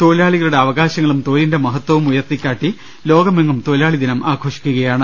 തൊഴിലാളികളുടെ അവകാ ശങ്ങളും തൊഴിലിന്റെ മഹത്വവും ഉയർത്തിക്കാട്ടി ലോകമെങ്ങും തൊഴിലാളിദിനം ആഘോഷിക്കുകയാണ്